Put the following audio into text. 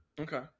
Okay